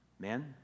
Men